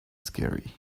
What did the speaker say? scary